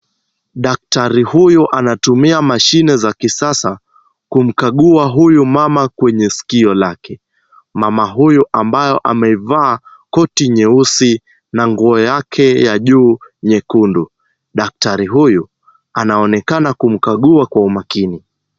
Daktari huyu anatumia mashine za kisasa, kumkagua huyu mama kwenye sikio lake. Mama huyu ambayo ameivaa koti nyeusi na nguo yake ya juu nyekundu. Daktari huyu anaonekana kumkagua kwa umakini.